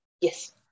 Yes